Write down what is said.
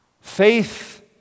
Faith